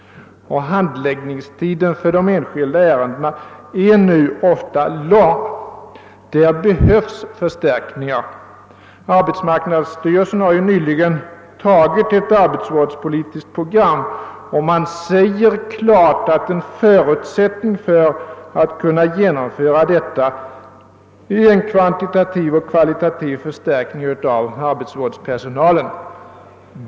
Handläggningstiden för de enskilda ärendena är nu ofta lång. Där behövs förstärkningar. Arbetsmarknadsstyrelsen har nyligen an tagit ett arbetsvårdspolitiskt program, och klart sagt ifrån att en förutsättning för att detta skall kunna genomföras är en kvantitativ och kvalitativ förstärkning av = arbetsvårdspersonalen.